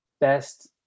best